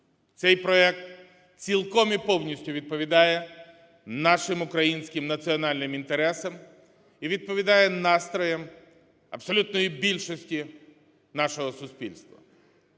Цей проект цілком і повністю відповідає нашим українським національним інтересам і відповідає настроям абсолютно більшості нашого суспільства.